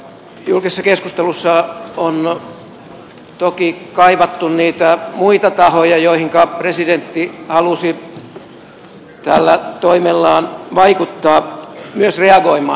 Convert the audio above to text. julkisessa keskustelussa on toki kaivattu niitä muita tahoja joihinka presidentti halusi tällä toimellaan vaikuttaa myös reagoimaan